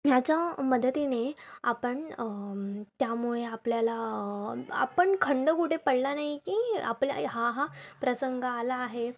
ह्याच्या मदतीने आपण त्यामुळे आपल्याला आपण खंड कुठे पडला नाही की आपला हा हा प्रसंग आला आहे